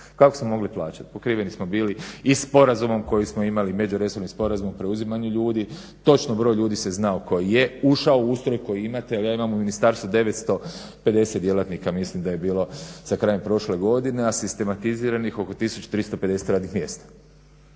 Kako smo mogli plaćati? Pokriveni smo bili i sporazumom koji smo imali, međuresornim sporazumom, preuzimanje ljudi, točno broj ljudi se znao koji je ušao u ustroj i koji imate ali ja imam u ministarstvu 950 djelatnika, mislim da je bilo sa krajem prošle godine, a sistematiziranih oko 1350 radnih mjesta.